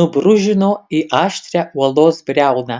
nubrūžino į aštrią uolos briauną